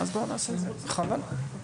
תודה.